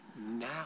Now